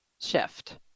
shift